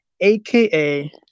AKA